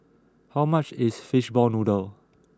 how much is Fishball Noodle